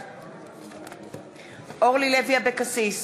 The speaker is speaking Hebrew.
בעד אורלי לוי אבקסיס,